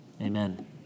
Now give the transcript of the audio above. Amen